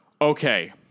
okay